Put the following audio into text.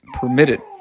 permitted